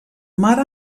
mar